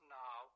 now